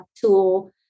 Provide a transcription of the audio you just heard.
tool